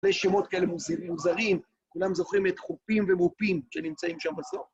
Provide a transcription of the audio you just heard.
יש שמות כאלה מוזרים, כולם זוכרים את חופים ומופים שנמצאים שם בסוף?